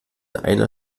einer